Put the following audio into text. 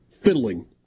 fiddling